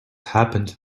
happened